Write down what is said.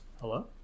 hello